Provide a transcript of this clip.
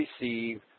receive